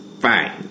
Fine